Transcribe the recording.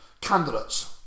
candidates